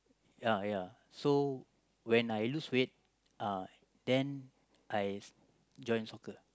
uh ya so when I lose weight uh then I join soccer